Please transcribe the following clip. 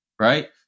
right